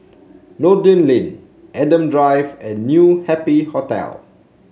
Noordin Lane Adam Drive and New Happy Hotel